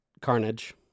Carnage